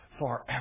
forever